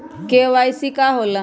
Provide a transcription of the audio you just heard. KYC का होला?